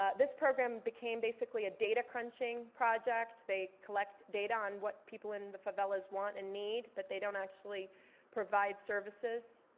ah this program became basically a data crunching project. they collected data on what people in the favelas want and need, but they don't actually provide services.